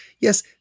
Yes